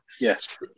Yes